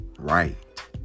right